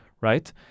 right